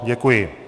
Děkuji.